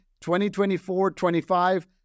2024-25